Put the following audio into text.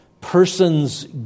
person's